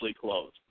closed